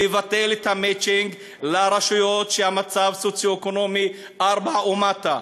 לבטל את המצ'ינג לרשויות שהמצב הסוציו-אקונומי שלהן 4 ומטה.